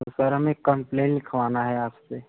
तो सर हमे कम्प्लेन लिखवाना है आपसे